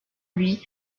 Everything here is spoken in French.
lui